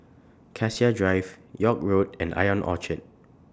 Cassia Drive York Road and Ion Orchard